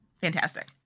fantastic